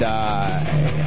die